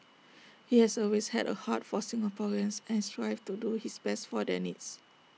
he has always had A heart for Singaporeans and strives to do his best for their needs